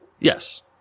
Yes